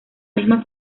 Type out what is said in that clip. misma